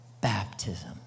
baptism